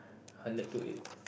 I like to eat